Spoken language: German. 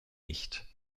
nicht